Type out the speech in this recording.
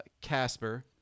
Casper